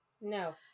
No